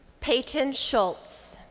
payton schultz.